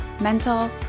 mental